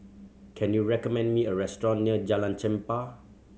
can you recommend me a restaurant near Jalan Chempah